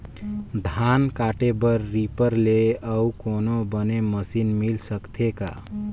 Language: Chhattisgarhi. धान काटे बर रीपर ले अउ कोनो बने मशीन मिल सकथे का?